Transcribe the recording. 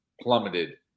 plummeted